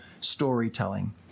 storytelling